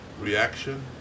reaction